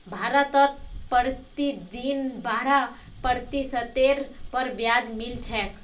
भारतत प्रतिदिन बारह प्रतिशतेर पर ब्याज मिल छेक